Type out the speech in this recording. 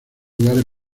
lugares